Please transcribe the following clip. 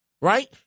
Right